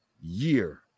year